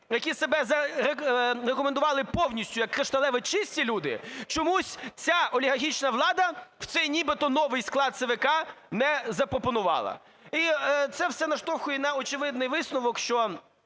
які себе зарекомендували повністю як кришталево чисті люди, чомусь ця олігархічна влада в цей нібито новий склад ЦВК не запропонувала. І це все наштовхує на очевидний висновок, що